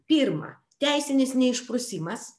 pirma teisinis neišprusimas